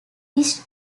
jewish